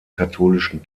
katholischen